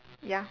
ya